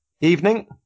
evening